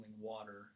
water